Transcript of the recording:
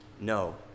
No